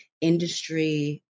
industry